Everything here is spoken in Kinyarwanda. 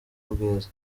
bwiza